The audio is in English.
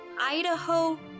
Idaho